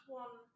one